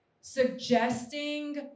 suggesting